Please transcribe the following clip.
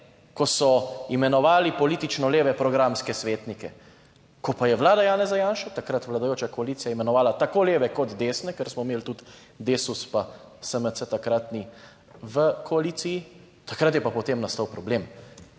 ko so imenovali politično leve programske svetnike. Ko pa je Vlada Janeza Janše, takrat vladajoča koalicija, imenovala tako leve kot desne, ker smo imeli tudi DeSUS, pa 67. TRAK: (TB) -15.35 (nadaljevanje) SMC takratni v koaliciji, takrat je pa potem nastal problem,